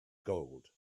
gold